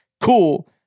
cool